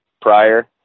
prior